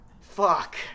Fuck